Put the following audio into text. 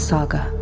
Saga